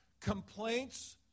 Complaints